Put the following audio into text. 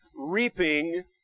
reaping